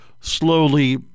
slowly